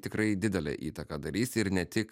tikrai didelę įtaką darys ir ne tik